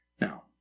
Now